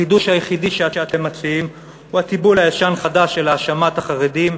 החידוש היחידי שאתם מציעים הוא התיבול הישן-חדש של האשמת החרדים,